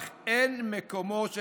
אך אין מקומו של